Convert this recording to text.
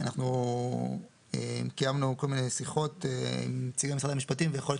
אנחנו קיימנו כל מיני שיחות עם נציגי משרד המשפטים ויכול להיות